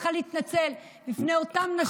את צריכה להתנצל בפני אותן נשים,